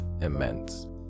immense